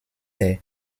der